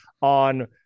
on